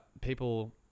people